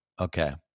okay